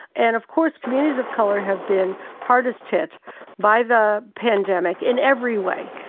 and of course, communities of colors have been hardest hit by the pandemic in every way,